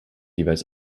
jeweils